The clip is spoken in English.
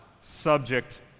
subject